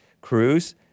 Cruz